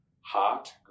hot